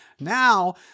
Now